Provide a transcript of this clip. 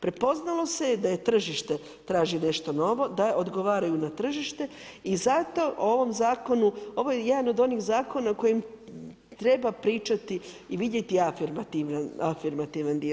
Prepoznalo se da je tržište traži nešto novo, da odgovaraju na tržište i zato ovom Zakonu, ovo je jedan od onih zakona kojim treba pričati i vidjeti afirmativan dio.